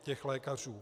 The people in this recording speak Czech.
Těch lékařů.